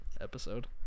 episode